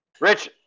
Rich